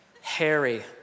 Harry